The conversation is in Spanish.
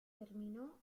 terminó